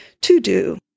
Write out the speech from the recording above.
to-do